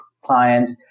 clients